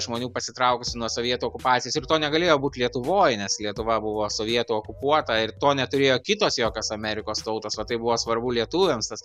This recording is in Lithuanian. žmonių pasitraukusių nuo sovietų okupacijos ir to negalėjo būt lietuvoj nes lietuva buvo sovietų okupuota ir to neturėjo kitos jokios amerikos tautos o tai buvo svarbu lietuviams tas